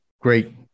great